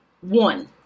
one